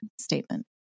statement